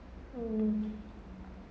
um